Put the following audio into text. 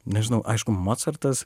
nežinau aišku mocartas